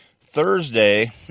Thursday